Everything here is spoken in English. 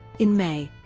in may,